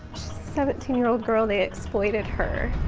seventeen year old girl, they exploited her.